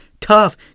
Tough